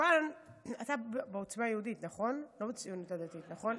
אתה מעוצמה יהודית, לא מהציונות הדתית, נכון?